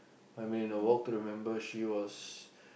I mean a Walk to Remember she was